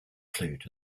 flute